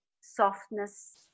softness